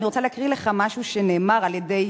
ואני רוצה להקריא לך משהו שנאמר על-ידי